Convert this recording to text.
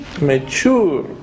mature